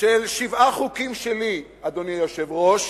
של שבעה חוקים שלי, אדוני היושב-ראש,